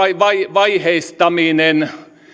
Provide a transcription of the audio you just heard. vaiheistaminen